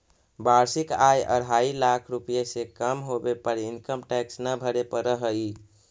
वार्षिक आय अढ़ाई लाख रुपए से कम होवे पर इनकम टैक्स न भरे पड़ऽ हई